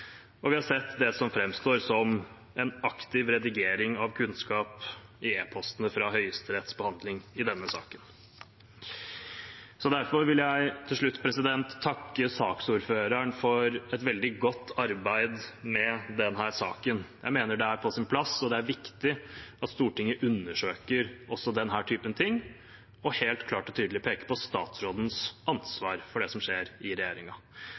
og vi har sett det som framstår som en aktiv redigering av kunnskap i e-postene fra Høyesteretts behandling i denne saken. Derfor vil jeg til slutt takke saksordføreren for et veldig godt arbeid med denne saken. Jeg mener det er på sin plass og viktig at Stortinget undersøker også denne type ting og helt klart og tydelig peker på statsrådens ansvar for det som skjer i